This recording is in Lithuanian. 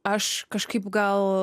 aš kažkaip gal